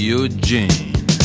Eugene